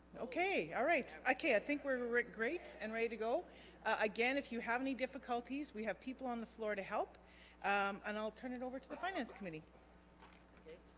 okay all right okay i think we're it great and ready to go again if you have any difficulties we have people on the floor to help and i'll turn it over to the finance committee okay